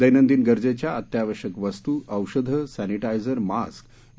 दैनंदिन गरजेच्या अत्यावश्यक वस्तू औषधं समिटायझर मास्क इ